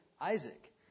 Isaac